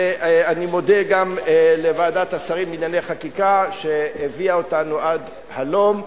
ואני מודה גם לוועדת השרים לענייני חקיקה שהביאה אותנו עד הלום.